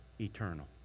eternal